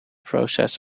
process